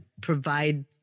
provide